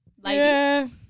ladies